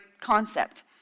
concept